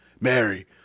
Mary